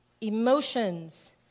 emotions